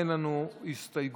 אין לנו הסתייגויות.